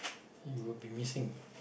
you would be missing